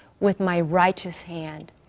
with my righteous hand.